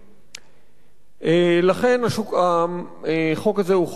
לכן החוק הזה הוא חוק בכיוון נכון.